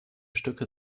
stücke